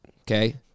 Okay